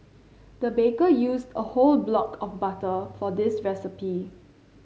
the baker used a whole block of butter for this recipe